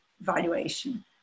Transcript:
valuation